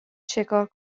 چکار